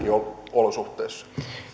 olosuhteissa